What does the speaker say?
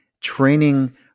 training